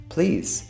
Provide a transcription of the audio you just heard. Please